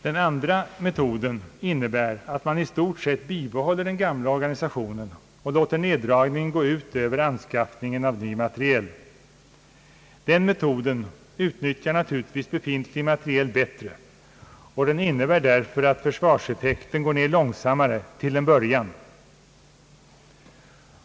Den andra metoden innebär, att man i stort sett bibehåller den gamla organisationen och låter neddragningen gå ut över anskaffningen av ny materiel. Den metoden utnyttjar naturligtvis befintlig materiel bättre och den medför därför att försvarseffekten går ner långsammare, till en början.